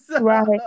Right